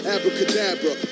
Abracadabra